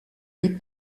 les